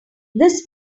this